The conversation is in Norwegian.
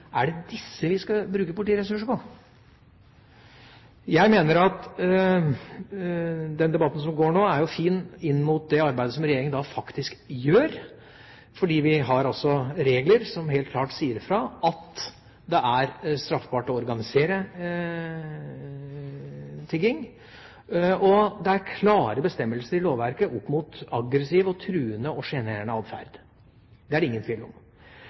det disse menneskene vi skal bruke politiressurser på? Jeg mener at den debatten som går nå, er fin med tanke på det arbeidet som regjeringa faktisk gjør. Vi har altså regler som helt klart sier at det er straffbart å organisere tigging, og det er klare bestemmelser i lovverket mot aggressiv, truende og sjenerende atferd. Det er det ingen tvil om.